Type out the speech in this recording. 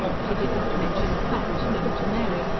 she did not mention the fact, known to mary,